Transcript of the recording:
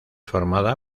formada